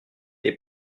des